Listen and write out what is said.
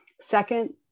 Second